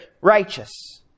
righteous